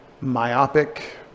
myopic